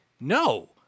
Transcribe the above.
no